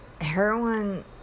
heroin